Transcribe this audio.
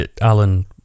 Alan